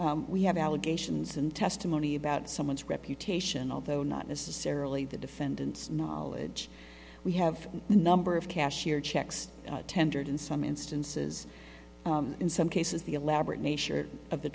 we have allegations and testimony about someone's reputation although not necessarily the defendant's knowledge we have a number of cashier checks tendered in some instances in some cases the elaborate nature of the